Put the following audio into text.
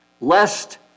lest